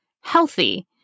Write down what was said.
healthy